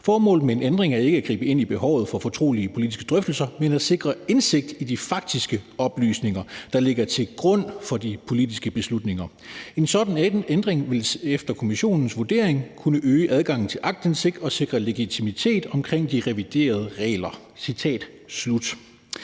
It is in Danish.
Formålet med en ændring er ikke at gribe ind i behovet for fortrolige, politiske drøftelser, men at sikre indsigt i de faktiske oplysninger, der ligger til grund for de politiske beslutninger. En sådan ændring vil efter kommissionens vurdering kunne øge adgangen til aktindsigt og sikre legitimitet omkring de reviderede regler.« Altså